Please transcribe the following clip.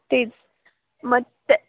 तेच मग त्या